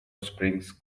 springs